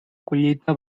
collita